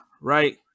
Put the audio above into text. right